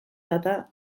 data